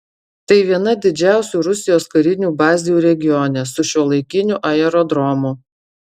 tai viena didžiausių rusijos karinių bazių regione su šiuolaikiniu aerodromu